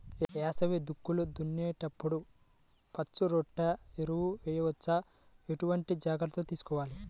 వేసవి దుక్కులు దున్నేప్పుడు పచ్చిరొట్ట ఎరువు వేయవచ్చా? ఎటువంటి జాగ్రత్తలు తీసుకోవాలి?